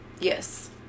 Yes